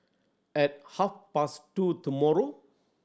at half past two tomorrow